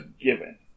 given